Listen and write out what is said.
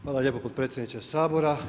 Hvala lijepo potpredsjedniče Sabora.